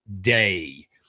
day